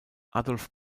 adolf